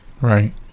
Right